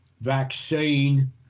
vaccine